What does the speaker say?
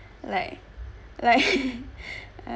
like like